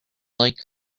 like